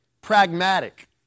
pragmatic